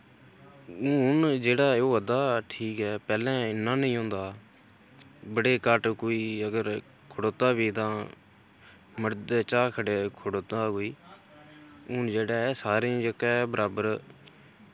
हुन जेह्ड़ा एह् होआ दा ठीक ऐ पैह्लेें इन्ना नेईं होंदा हा बड़े घट्ट कोई अगर खड़ोता बी तां मर्दें चा गै खड़ोता कोई हुन जेह्ड़ा ऐ सारें गी जेह्का ऐ बराबर